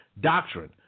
doctrine